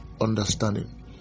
understanding